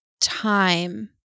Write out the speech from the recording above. time